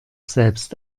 selbst